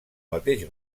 mateix